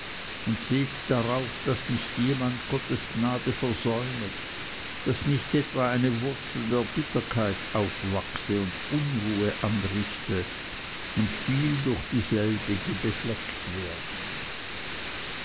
und sehet darauf daß nicht jemand gottes gnade versäumet daß nicht etwa eine wurzel der bitterkeit auf wachse und unruhe anrichte und viel durch dieselbige befleckt werden